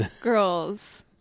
girls